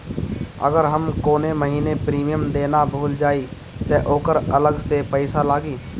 अगर हम कौने महीने प्रीमियम देना भूल जाई त ओकर अलग से पईसा लागी?